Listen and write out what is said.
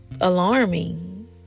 alarming